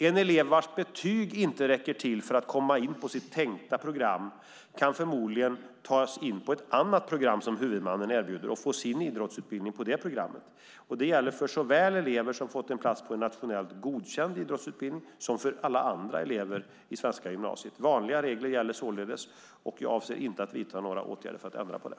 En elev vars betyg inte räcker till för att komma in på det tänkta programmet kan förmodligen tas in på ett annat program som huvudmannen erbjuder och få sin idrottsutbildning på det programmet. Det gäller såväl för elever som fått en plats på en nationellt godkänd idrottsutbildning som för alla andra elever i det svenska gymnasiet. Vanliga regler gäller således. Jag avser inte att vidta några åtgärder för att ändra på det.